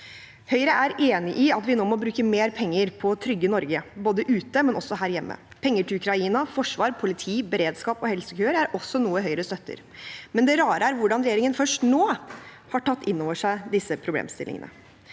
Høyre er enig i at vi nå må bruke mer penger på å trygge Norge, både ute og hjemme. Penger til Ukraina, forsvar, politi, beredskap og helsekøer er også noe Høyre støtter, men det rare er hvordan regjeringen først nå har tatt innover seg disse problemstillingene.